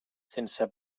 sense